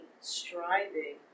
striving